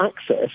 access